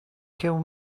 kill